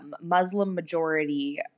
Muslim-majority